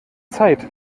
zeit